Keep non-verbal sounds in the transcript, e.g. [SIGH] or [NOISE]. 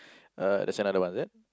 [BREATH] uh there's another one is it